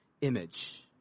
image